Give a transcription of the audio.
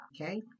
okay